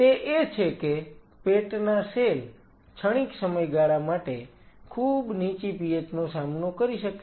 તે એ છે કે પેટના સેલ ક્ષણિક સમયગાળા માટે ખૂબ નીચી pH નો સામનો કરી શકે છે